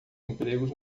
empregos